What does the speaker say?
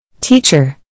Teacher